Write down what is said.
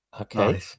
okay